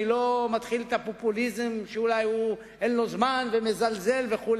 אני לא מתחיל את הפופוליזם שאולי אין לו זמן והוא מזלזל וכו'.